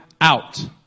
out